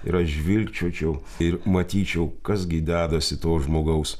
ir aš žvilgčiočiau ir matyčiau kas gi dedasi to žmogaus